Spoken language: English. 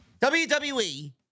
WWE